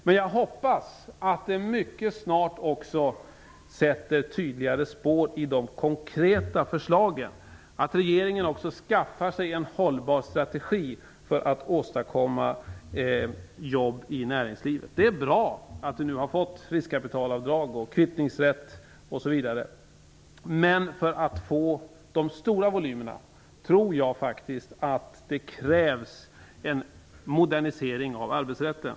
Men jag hoppas att det mycket snart också sätter tydligare spår i de konkreta förslagen, att regeringen också skaffar sig en hållbar strategi för att åstadkomma jobb i näringslivet. Det är bra att det nu har införts riskkapitalavdrag, kvittningsrätt osv., men för att få de stora volymerna krävs det nog en modernisering av arbetsrätten.